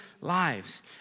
lives